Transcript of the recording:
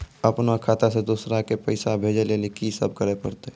अपनो खाता से दूसरा के पैसा भेजै लेली की सब करे परतै?